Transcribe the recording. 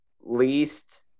least